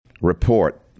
Report